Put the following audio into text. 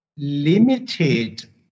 limited